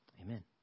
Amen